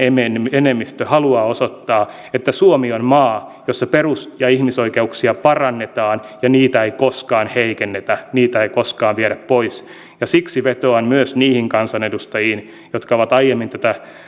enemmistö haluaa osoittaa että suomi on maa jossa perus ja ihmisoikeuksia parannetaan ja niitä ei koskaan heikennetä niitä ei koskaan viedä pois siksi vetoan myös niihin kansanedustajiin jotka ovat aiemmin tätä